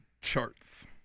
charts